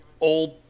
old